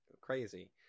crazy